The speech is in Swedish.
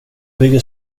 bygger